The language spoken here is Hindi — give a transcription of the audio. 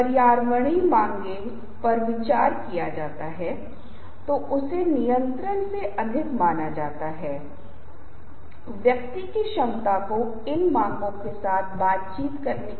और आप पर ध्यान दें यहां लिंग तत्व भी काफी महत्वपूर्ण है क्योंकि हम ऐसा फिर से प्रस्तुति के संदर्भ में करेंगे मैं शायद एक सर्वेक्षण में डालूंगा अगर यह वहां है तो आप इसे अपनी स्क्रीन के नीचे देखेंगे